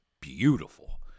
beautiful